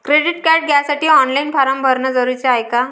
Credit card घ्यासाठी online form भरन जरुरीच हाय का?